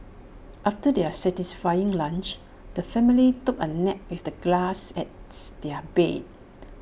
after their satisfying lunch the family took A nap with the grass as their bed